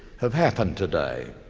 have happened today?